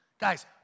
Guys